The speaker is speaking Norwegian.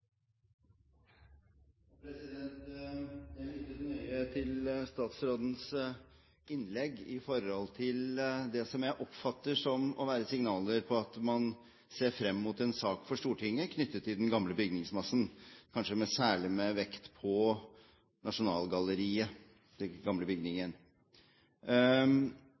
Jeg lyttet nøye til statsrådens innlegg om det som jeg oppfatter å være signaler på at man ser frem mot en sak for Stortinget knyttet til den gamle bygningsmassen, kanskje med særlig vekt på Nasjonalgalleriet, den gamle bygningen.